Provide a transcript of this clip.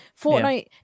Fortnite